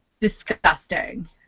disgusting